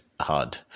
hard